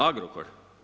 Agrokor.